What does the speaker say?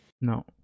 no